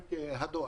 בנק הדואר.